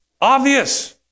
Obvious